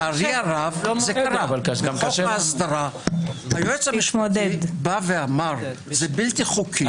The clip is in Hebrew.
בחוק ההסדרה היועץ המשפטי אמר: זה בלתי חוקי.